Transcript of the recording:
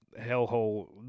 hellhole